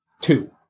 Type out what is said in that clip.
two